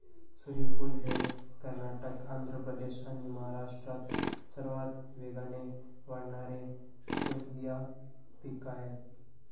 सूर्यफूल हे कर्नाटक, आंध्र प्रदेश आणि महाराष्ट्रात सर्वात वेगाने वाढणारे तेलबिया पीक आहे